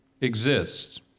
exists